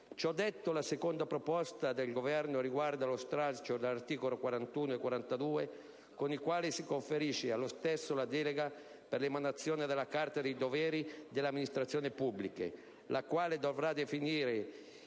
Ciò detto, la seconda proposta del Governo riguarda lo stralcio degli articoli 41 e 42, con i quali si conferisce allo stesso la delega per l'emanazione della Carta dei doveri delle amministrazioni pubbliche, la quale dovrà definire